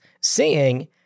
seeing